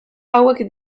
hauek